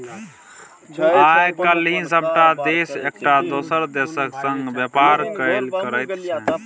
आय काल्हि सभटा देश एकटा दोसर देशक संग व्यापार कएल करैत छै